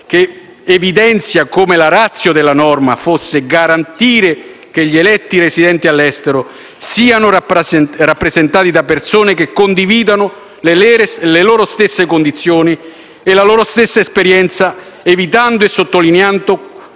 quale evidenziava come la *ratio* della norma fosse garantire che gli italiani residenti all'estero siano rappresentati da persone che condividono la loro stessa condizione e la loro stessa esperienza, evitando - e sottolineo